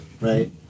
right